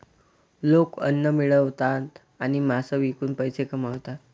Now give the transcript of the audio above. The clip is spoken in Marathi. लोक अन्न मिळवतात आणि मांस विकून पैसे कमवतात